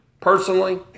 personally